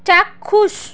চাক্ষুষ